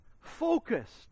focused